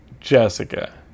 Jessica